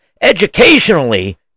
educationally